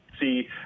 see